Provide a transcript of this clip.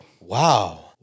Wow